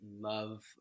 love